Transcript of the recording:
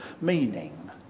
meaning